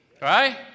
Right